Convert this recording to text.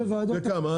שאלה אחרונה.